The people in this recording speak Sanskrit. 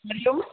हरिः ओम्